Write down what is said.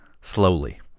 slowly